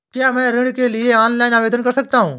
क्या मैं ऋण के लिए ऑनलाइन आवेदन कर सकता हूँ?